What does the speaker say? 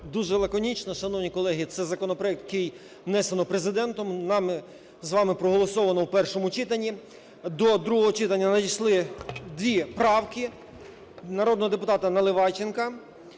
Дуже лаконічно. Шановні колеги, це законопроект, який внесено Президентом, нами з вами проголосовано в першому читанні. До другого читання надійшли дві правки народного депутата Наливайченка.